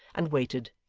and waited,